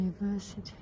University